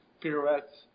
pirouettes